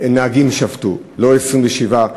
נהגים שבתו, לא 27 נהגים.